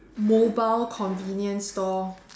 mobile convenience store